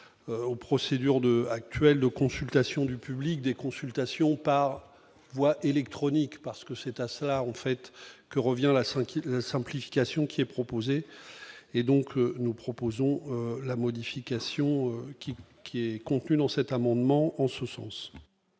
aux procédures de actuel de consultation du public des consultations par voie électronique, parce que c'est à ça on fait que revient la solitude, la simplification qui est proposé et donc nous proposons la modification qui qui est dans cet amendement en ce sens.